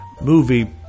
movie